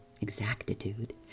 exactitude